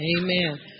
Amen